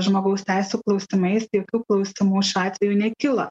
žmogaus teisių klausimais tai jokių klausimų šiuo atveju nekilo